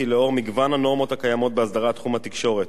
לאור מגוון הנורמות הקיימות בהסדרת תחום התקשורת,